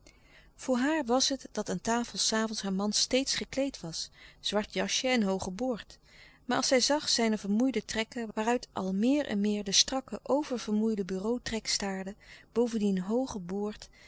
voor haar was het dat aan tafel s avonds haar man steeds gekleed was zwart jasje en hoogen boord maar als zij zag zijne vermoeide trekken waaruit al meer en meer de strakke oververmoeide bureau trek staarde boven dien hoogen boord